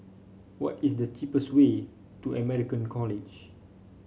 what is the cheapest way to American College